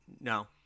No